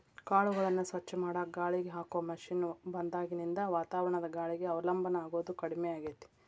ಕಾಳುಗಳನ್ನ ಸ್ವಚ್ಛ ಮಾಡಾಕ ಗಾಳಿಗೆ ಹಾಕೋ ಮಷೇನ್ ಬಂದಾಗಿನಿಂದ ವಾತಾವರಣದ ಗಾಳಿಗೆ ಅವಲಂಬನ ಆಗೋದು ಕಡಿಮೆ ಆಗೇತಿ